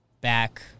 back